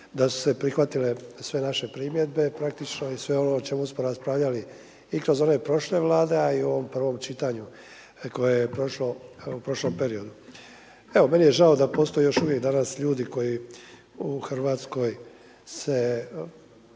da su se prihvatile sve naše primjedbe praktično i sve ono o čemu smo raspravljali i kroz one prošle Vlade, a i u ovom prvom čitanju koje je prošlo u prošlom periodu. Evo meni je žao da postoji još uvijek danas ljudi koji u Hrvatskoj se